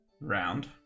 round